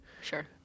Sure